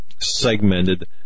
segmented